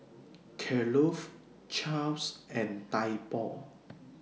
Kellogg's Chaps and Typo